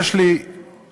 יש לי חשש,